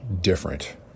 different